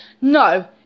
no